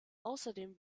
außerdem